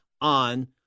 on